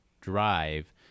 drive